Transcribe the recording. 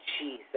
Jesus